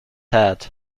head